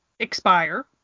expire